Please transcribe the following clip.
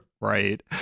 Right